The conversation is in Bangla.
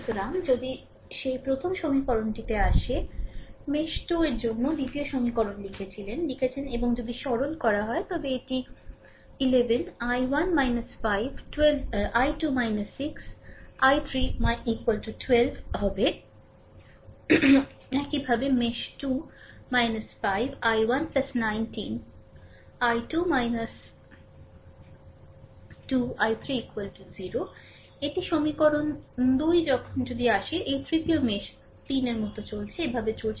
সুতরাং যদি সেই প্রথম সমীকরণটি আসে মেশ 2 এর জন্যও দ্বিতীয় সমীকরণ লিখেছিলেন লিখেছেন এবং যদি সরল করা হয় তবে এটি 11 I1 5 I2 6 I3 12 হবে একইভাবে মেশ 2 5 I1 19 I2 2 I3 0 এটি সমীকরণ 2 এখন এখন যদি আসে এই তৃতীয় মেশ 3 এর মতো চলছে এভাবে চলছে